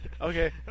Okay